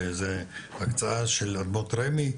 שזה הקצאה של רמ"י,